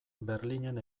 berlinen